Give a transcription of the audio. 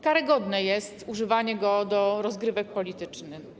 Karygodne jest używanie go do rozgrywek politycznych.